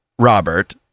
Robert